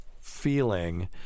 feeling